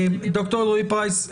ד"ר אלרעי-פרייס,